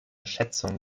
schätzung